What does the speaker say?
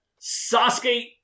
Sasuke